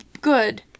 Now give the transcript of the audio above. good